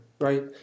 right